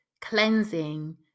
cleansing